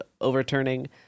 overturning